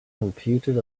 computed